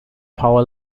power